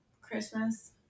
Christmas